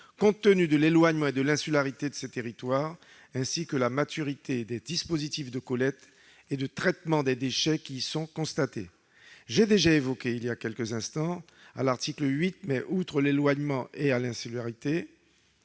compte tenu de l'éloignement et de l'insularité de ces territoires, ainsi que de la maturité des dispositifs de collecte et de traitement des déchets qui y sont déployés. Je le disais il y a quelques instants : à mon sens, outre l'éloignement et l'insularité,